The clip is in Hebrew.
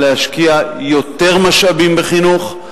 להשקיע יותר משאבים בחינוך,